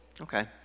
Okay